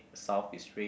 south is red